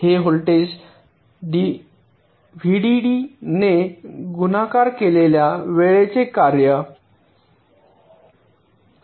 हे व्होल्टेज व्हीडीडीने गुणाकार केलेल्या वेळेचे कार्य आहे